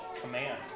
command